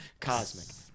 Cosmic